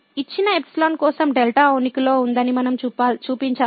ఇచ్చిన ϵ కోసం δ ఉనికిలో ఉందని మనం చూపించాల్సిన అవసరం ఉంది